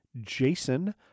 Jason